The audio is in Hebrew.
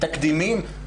תקדימים?